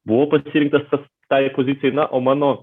buvo pasirinktas vat tai pozicijai na o mano